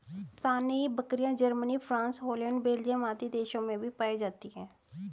सानेंइ बकरियाँ, Germany, France, Holland, Belgium आदि देशों में भी पायी जाती है